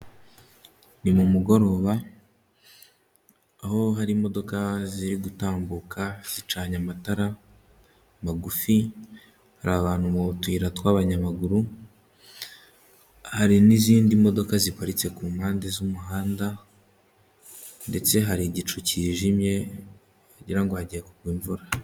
Ni mu mugoroba, aho hari imodoka ziri gutambuka zicanye amatara magufi, hari abantu mu tuyira tw'abanyamaguru, hari n'izindi modoka ziparitse ku mpande z'umuhanda, ndetse hari igicu kijimye wagira ngo hagiye kugwa imvura.